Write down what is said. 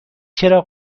چراغ